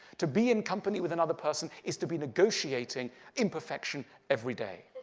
to be in company with another person is to be negotiating imperfection every day.